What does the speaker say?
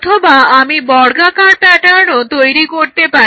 অথবা আমি বর্গাকার প্যাটার্নও তৈরি করতে পারি